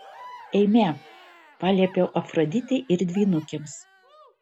eime paliepiau afroditei ir dvynukėms